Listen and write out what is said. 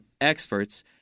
experts